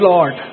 Lord